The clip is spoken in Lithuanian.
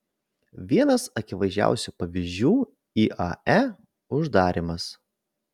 vienas akivaizdžiausių pavyzdžių iae uždarymas